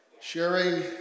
sharing